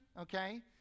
okay